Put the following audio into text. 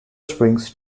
springs